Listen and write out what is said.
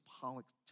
politics